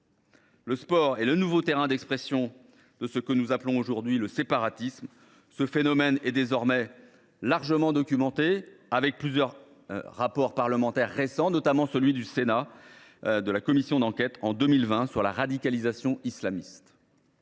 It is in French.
Ainsi, il est le nouveau terrain d’expression de ce que nous appelons aujourd’hui le « séparatisme ». Ce phénomène est désormais largement documenté par plusieurs rapports parlementaires récents, notamment celui de la commission d’enquête du Sénat de 2020 sur la radicalisation islamiste